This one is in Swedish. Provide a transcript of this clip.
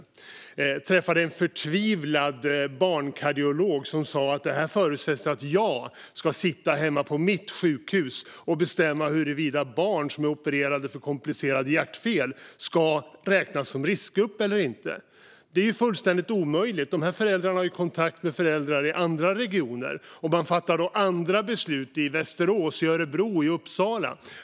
Jag träffade en förtvivlad barnkardiolog som sa att här förutsätts att jag själv ska sitta hemma på mitt sjukhus och bestämma huruvida barn som är opererade för komplicerade hjärtfel ska räknas som riskgrupp eller inte. Det är fullständigt omöjligt. De här föräldrarna har kontakt med föräldrar i andra regioner, och man fattar andra beslut i Västerås, Örebro och Uppsala.